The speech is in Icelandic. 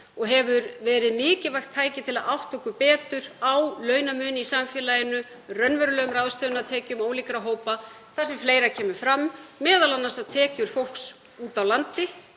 og hefur verið mikilvægt tæki til að átta okkur betur á launamun í samfélaginu, raunverulegum ráðstöfunartekjum ólíkra hópa þar sem fleira kemur fram, m.a. að tekjur fólks úti á landi